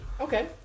Okay